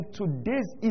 today's